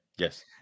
yes